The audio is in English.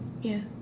ya